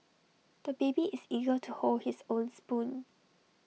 the baby is eager to hold his own spoon